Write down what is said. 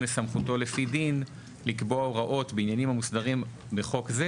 לסמכותו לפי דין לקבוע הוראות בעניינים המוסדרים בחוק זה,